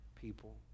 people